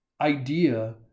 idea